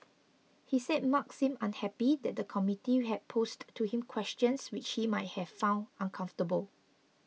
he said Mark seemed unhappy that the committee had posed to him questions which he might have found uncomfortable